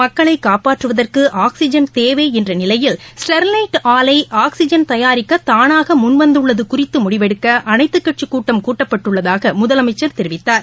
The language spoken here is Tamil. மக்களை காப்பற்றுவதற்கு ஆக்சிஜன் தேவை என்ற நிலையில் ஸ்டெர்லைட் ஆலை ஆக்சிஜன் தயாரிக்க தானாக முன்வந்துள்ளது குறித்து முடிவெடுக்க அனைத்துக் கட்சிக் கூட்டம் கூட்டப்பட்டுள்ளதாக முதலமைச்சர் தெரிவித்தார்